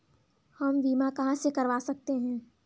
हम बीमा कहां से करवा सकते हैं?